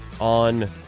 on